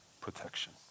protection